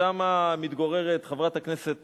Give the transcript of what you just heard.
שם מתגוררת חברת הכנסת